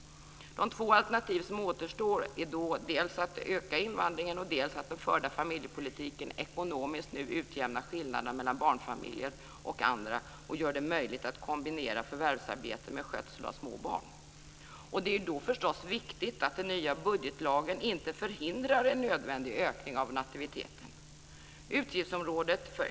De två alternativ som återstår är dels att öka invandringen, dels att den förda familjepolitiken ekonomiskt utjämnar skillnaderna mellan barnfamiljer och andra och gör det möjligt att kombinera förvärvsarbete med skötsel av små barn. Då är det viktigt att den nya budgetlagen inte förhindrar en nödvändig ökning av nativiteten.